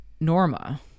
Norma